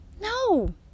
No